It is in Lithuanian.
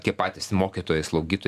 tie patys mokytojai slaugytojai